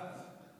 בבקשה.